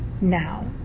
now